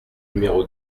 numéro